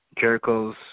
Jericho's